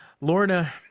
Lorna